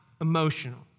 emotional